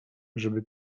żeby